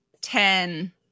ten